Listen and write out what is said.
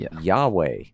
Yahweh